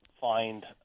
find